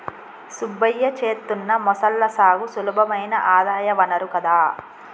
సుబ్బయ్య చేత్తున్న మొసళ్ల సాగు సులభమైన ఆదాయ వనరు కదా